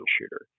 shooter